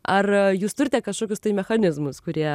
ar jūs turite kažkokius tai mechanizmus kurie